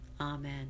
Amen